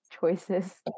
choices